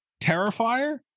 Terrifier